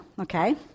Okay